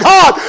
God